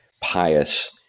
pious